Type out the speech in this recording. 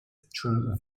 through